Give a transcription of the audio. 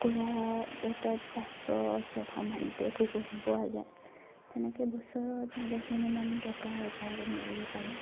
কুকুৰা এটাত পাঁচশ ছশ মানকে পোৱা যায় তেনেকে বছৰত ভালেখিনি ইমান টকা উপাৰ্জন কৰিব পাৰি